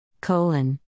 Colon